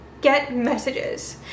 getMessages